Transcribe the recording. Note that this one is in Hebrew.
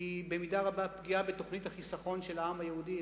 היא במידה רבה פגיעה בתוכנית החיסכון של העם היהודי.